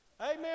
Amen